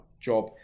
job